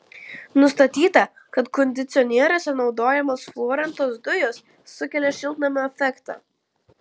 nustatyta kad kondicionieriuose naudojamos fluorintos dujos sukelia šiltnamio efektą